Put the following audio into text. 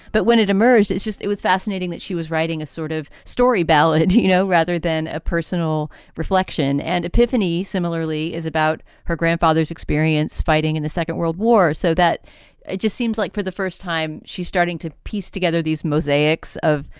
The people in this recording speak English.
but when it emerged, it's just it was fascinating that she was writing a sort of story ballad, you know, rather than a personal reflection and epiphany, similarly is about her grandfather's experience fighting in the second world war. so that it just seems like for the first time she's starting to piece together these mosaics of,